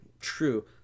true